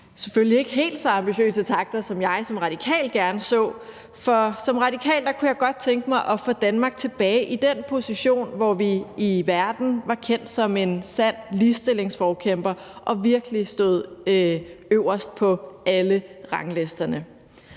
Selvfølgelig er det ikke helt så ambitiøse takter, som jeg som radikal gerne så, for som radikal kunne jeg godt tænke mig at få Danmark tilbage i den position, hvor vi i verden var kendt som en sand ligestillingsforkæmper og virkelig stod øverst på alle ranglisterne.